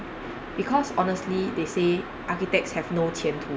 because honestly they say architects have no 前途